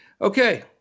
Okay